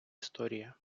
історія